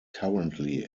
currently